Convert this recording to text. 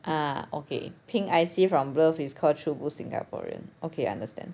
ah okay pink I_C from birth is call true blue singaporean okay understand